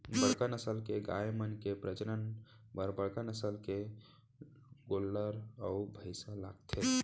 बड़का नसल के गाय मन के प्रजनन बर बड़का नसल के गोल्लर अउ भईंसा लागथे